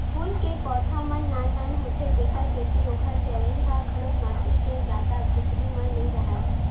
फूल के पउधा मन नान नान होथे तेखर सेती ओखर जरई ह घलो माटी के जादा भीतरी म नइ राहय